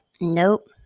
nope